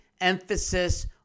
emphasis